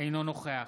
אינו נוכח